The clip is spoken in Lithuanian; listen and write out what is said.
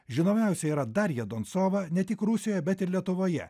žinomiausia yra darja donsova ne tik rusijoje bet ir lietuvoje